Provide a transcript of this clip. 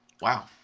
Wow